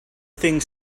thing